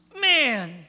man